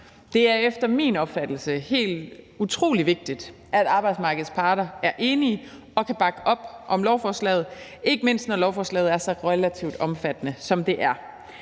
Det er efter min opfattelse helt utrolig vigtigt, at arbejdsmarkedets parter er enige og kan bakke op om lovforslaget, ikke mindst når lovforslaget er så relativt omfattende, som det er.